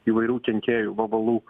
įvairių kenkėjų vabalų